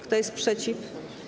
Kto jest przeciw?